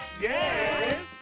Yes